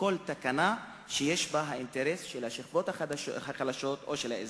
כל תקנה שיש בהם האינטרס של השכבות החלשות או של האזרחים.